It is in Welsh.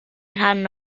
rhan